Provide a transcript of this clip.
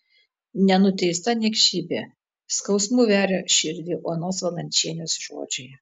nenuteista niekšybė skausmu veria širdį onos valančienės žodžiai